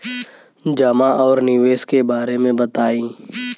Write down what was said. जमा और निवेश के बारे मे बतायी?